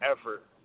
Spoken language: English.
effort